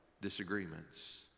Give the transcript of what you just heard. disagreements